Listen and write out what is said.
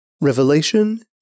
Revelation